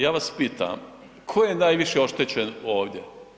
Ja vas pitam ko je najviše oštećen ovdje?